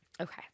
Okay